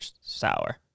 sour